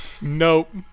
Nope